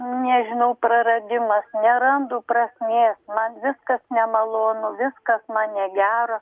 nežinau praradimas nerandu prasmės man viskas nemalonu viskas man negera